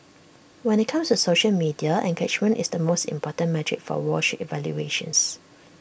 when IT comes to social media engagement is the most important metric for wall street valuations